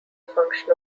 function